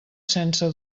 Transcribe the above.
sense